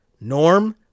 Norm